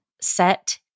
set